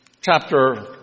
chapter